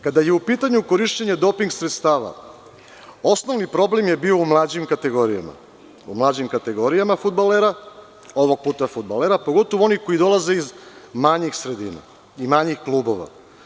Kada je u pitanju korišćenje doping sredstava, osnovni problem je bio u mlađim kategorijama, u mlađim kategorijama fudbalera, ovog puta fudbalera, pogotovo onih koji dolaze iz manjih sredina i manjih klubova.